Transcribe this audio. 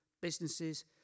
businesses